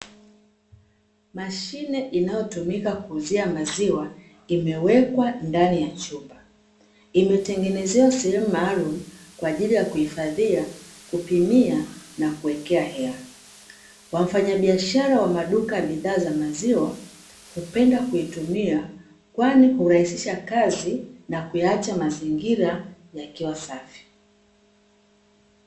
Mashine inayotumika kuuzia maziwa imewekwa ndani ya chumba. Imetengenezewa sehemu maalumu kwaajili ya kuhifadhia, kupimia na kuwekea hela. Wafanyabiashara wa maduka ya bidhaa ya maziwa hupendwa kuitumia, kwani hurahisisha kazi na kuyaacha mazingira safi.